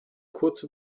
kurze